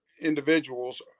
individuals